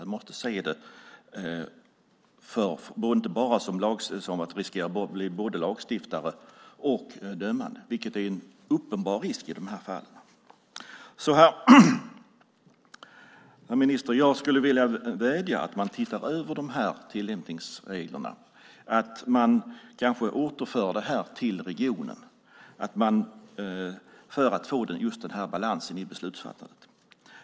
Han får inte riskera att bli både lagstiftande och dömande, vilken är en uppenbar risk i de här fallen. Herr minister! Jag skulle vilja vädja om att man tittar över tillämpningsreglerna och kanske återför det till regionen för att just få balansen i beslutsfattandet.